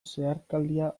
zeharkaldia